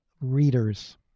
readers